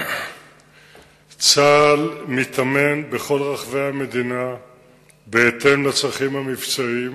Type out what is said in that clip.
צה"ל מתאמן בכל רחבי המדינה בהתאם לצרכים המבצעיים.